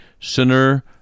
sinner